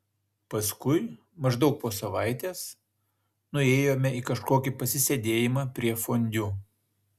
paskui maždaug po savaitės nuėjome į kažkokį pasisėdėjimą prie fondiu